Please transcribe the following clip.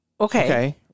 Okay